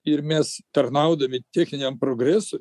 ir mes tarnaudami techniniam progresui